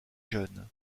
jeunes